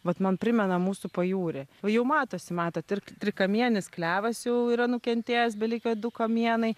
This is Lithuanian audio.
vat man primena mūsų pajūrį jau matosi matėt ir trikamienis klevas jau yra nukentėjęs belikę du kamienai